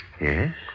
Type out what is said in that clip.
Yes